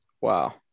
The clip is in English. wow